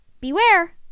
Beware